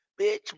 Bitch